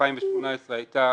2017 הייתה